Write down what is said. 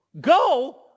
Go